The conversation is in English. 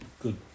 Good